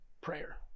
prayer